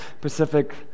pacific